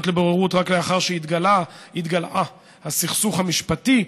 לבוררות רק לאחר שהתגלע הסכסוך המשפטי,